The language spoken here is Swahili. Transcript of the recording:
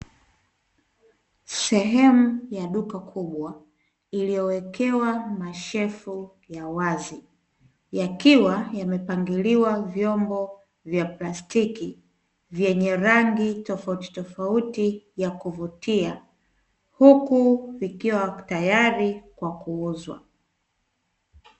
Sehemu ya duka kubwa, iliyowekewa mashelfu ya wazi, yakiwa yamepangiliwa vyombo vya plastiki, vyenye rangi tofautitofauti ya kuvutia huku vikiwa tayari kwa kuuzwa.